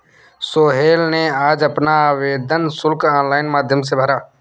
सोहेल ने आज अपना आवेदन शुल्क ऑनलाइन माध्यम से भरा